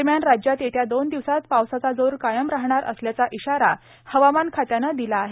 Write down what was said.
दरम्यान राज्यात येत्या दोन दिवसात पावसाचा जोर कायम राहणार असल्याचा इशारा हवामान खात्यानं दिला आहे